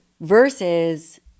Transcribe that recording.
Versus